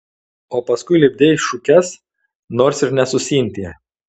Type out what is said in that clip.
o paskui lipdei šukes nors ir ne su sintija